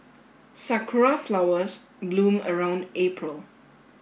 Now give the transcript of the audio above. sakura flowers bloom around April